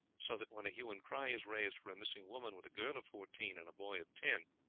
so that, when a hue and cry is raised for a missing woman, with a girl of fourteen, and a boy of ten,